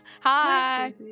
Hi